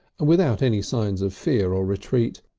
and without any signs of fear or retreat,